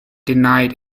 denied